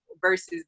versus